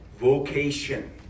vocation